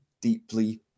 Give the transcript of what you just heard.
deeply